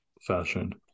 fashion